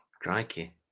Crikey